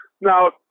Now